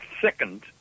second